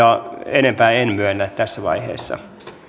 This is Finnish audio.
enempää en myönnä tässä vaiheessa